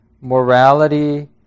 morality